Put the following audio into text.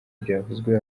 byavuzwe